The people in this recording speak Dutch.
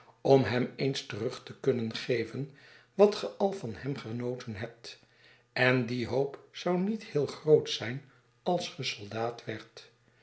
om hem eens terug te kunnen geven wat ge al van hem genoten hebt en die hoop zou niet heel groot zijn als ge soldaat werdt